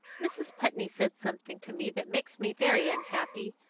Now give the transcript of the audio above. mrs. putney said something to me that makes me very unhappy.